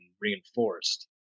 reinforced